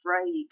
afraid